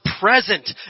present